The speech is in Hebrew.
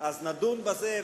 נדון בזה,